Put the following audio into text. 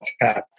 happy